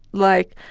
like